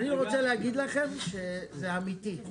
אני רוצה להגיד לכם שזה אמיתי.